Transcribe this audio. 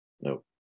Nope